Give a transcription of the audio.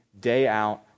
day-out